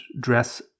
dress